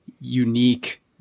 unique